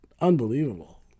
unbelievable